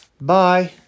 Bye